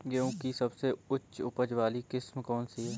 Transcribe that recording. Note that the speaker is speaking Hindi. गेहूँ की सबसे उच्च उपज बाली किस्म कौनसी है?